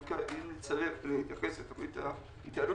אם נצטרך להתייחס לתוכנית ההתייעלות